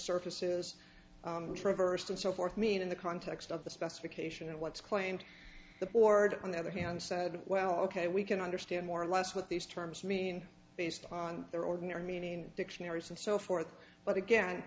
surfaces traversed and so forth mean in the context of the specification and what's claimed the board on the other hand said well ok we can understand more or less what these terms mean based on their ordinary meaning in dictionaries and so forth but again